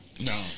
No